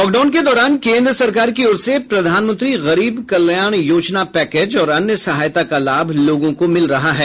lockdown के दौरान केन्द्र सरकार की ओर से प्रधानमंत्री गरीब कल्याण योजना पैकेज और अन्य सहायता का लाभ लोगों को मिल रहा है